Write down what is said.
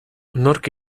nork